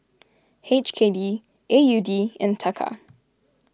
H K D A U D and Taka